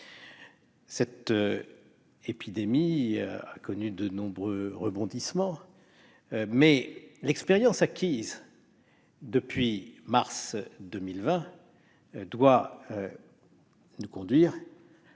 Cette épidémie a connu de nombreux rebondissements. L'expérience acquise depuis mars 2020 doit nous conduire